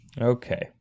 Okay